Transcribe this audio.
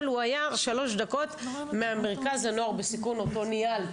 אבל הוא היה שלוש דקות ממרכז לנוער בסיכון אותו ניהלתי,